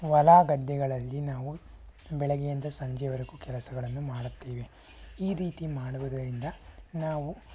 ಹೊಲ ಗದ್ದೆಗಳಲ್ಲಿ ನಾವು ಬೆಳಗ್ಗೆಯಿಂದ ಸಂಜೆವರೆಗೂ ಕೆಲಸಗಳನ್ನು ಮಾಡುತ್ತೇವೆ ಈ ರೀತಿ ಮಾಡುವುದರಿಂದ ನಾವು